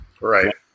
Right